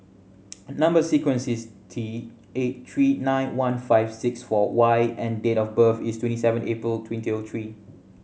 number sequence is T eight three nine one five six four Y and date of birth is twenty seven April twenty O three